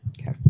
Okay